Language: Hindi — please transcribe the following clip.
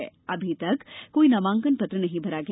हालांकि अभी तक कोई नामांकन पत्र नहीं भरा गया